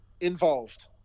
involved